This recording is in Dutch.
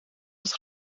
het